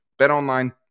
BetOnline